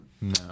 No